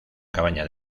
cabaña